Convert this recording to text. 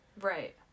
Right